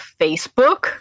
facebook